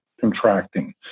contracting